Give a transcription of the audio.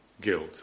guilt